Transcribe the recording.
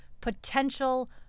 potential